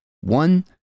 One